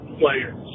players